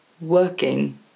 working